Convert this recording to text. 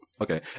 okay